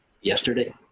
yesterday